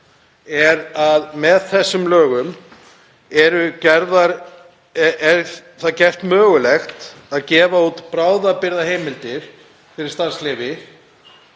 er að með þessum lögum er það gert mögulegt að gefa út bráðabirgðaheimildir fyrir starfsleyfi